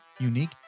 unique